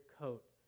coat